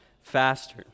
faster